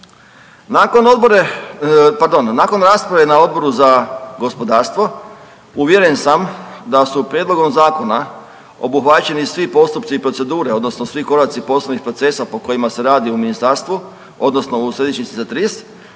nakon rasprave na Odboru za gospodarstvo uvjeren sam da su prijedlogom zakona obuhvaćeni svi postupci i procedure odnosno svi koraci poslovnih procesa po kojima se radi u ministarstvu odnosu u središnjici za TRIS